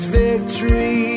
victory